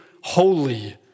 holy